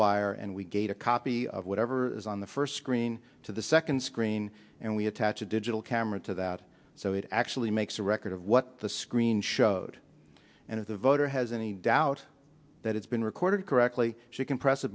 wire and we get a copy of whatever is on the first screen to the second screen and we attach a digital camera to that so it actually makes a record of what the screen showed and of the voter has any doubt that it's been recorded correctly she can press a